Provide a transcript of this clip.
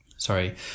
Sorry